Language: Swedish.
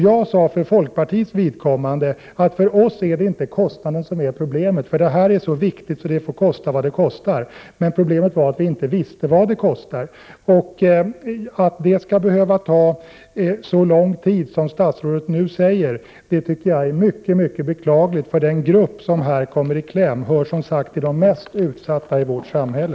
Jag sade för folkpartiets vidkommande att det för oss inte var kostnaden som var problemet — det här är så viktigt att det får kosta vad det kostar — utan problemet var att vi inte visste vad det kostade. Att utredningen skall behöva ta så lång tid som statsrådet nu säger tycker jag är mycket beklagligt. Den grupp som här kommer i kläm hör som sagt till de mest utsatta i vårt samhälle.